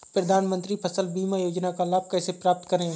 प्रधानमंत्री फसल बीमा योजना का लाभ कैसे प्राप्त करें?